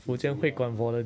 easy lah